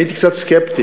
אני הייתי קצת סקפטי,